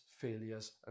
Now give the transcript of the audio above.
failures